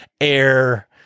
air